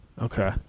Okay